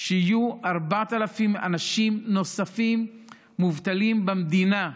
שיהיו 4,000 אנשים נוספים מובטלים במדינה.